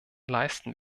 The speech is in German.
leisten